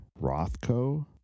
Rothko